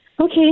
Okay